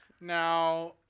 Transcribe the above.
Now